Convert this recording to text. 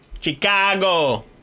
Chicago